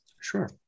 Sure